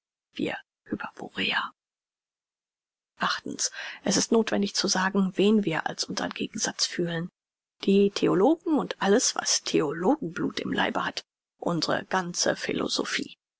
wirre es ist nothwendig zu sagen wen wir als unsern gegensatz fühlen die theologen und alles was theologen blut im leibe hat unsre ganze philosophie